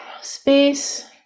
space